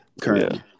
currently